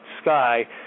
sky